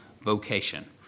vocation